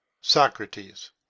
Socrates